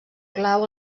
clau